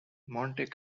monte